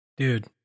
Dude